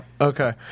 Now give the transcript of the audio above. Okay